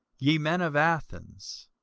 ye men of athens,